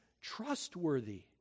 trustworthy